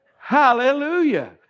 Hallelujah